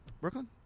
Brooklyn